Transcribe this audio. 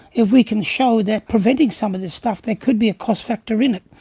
if we can show that preventing some of this stuff, there could be a cost factor in it.